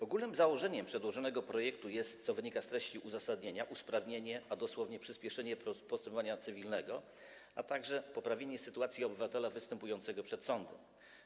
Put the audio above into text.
Ogólnym założeniem przedłożonego projektu jest, co wynika z treści uzasadnienia, usprawnienie, a dosłownie przyspieszenie postępowania cywilnego, a także poprawienie sytuacji obywatela występującego przed sądem.